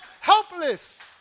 helpless